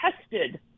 tested